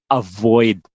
avoid